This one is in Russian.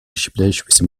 расщепляющегося